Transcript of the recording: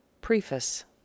Preface